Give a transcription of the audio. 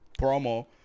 promo